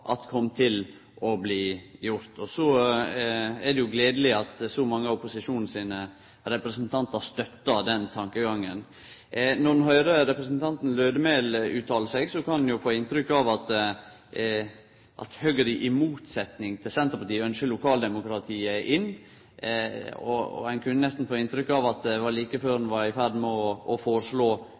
det kom til å bli gjort. Og så er det jo gledeleg at så mange av opposisjonen sine representantar støttar denne tankegangen. Når ein høyrer representanten Lødemel uttalar seg, kan ein jo få inntrykk av at Høgre, i motsetnad til Senterpartiet, ynskjer lokaldemokratiet inn. Ein kunne nesten få inntrykk av at det var like før ein var i ferd med å foreslå